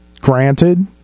granted